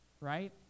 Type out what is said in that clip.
right